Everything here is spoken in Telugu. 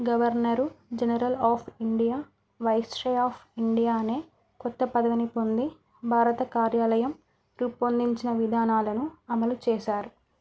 governor general of India viceroy of India అనే కొత్త పదవిని పొంది భారత కార్యాలయం రూపొందించిన విధానాలను అమలు చేశారు